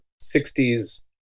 60s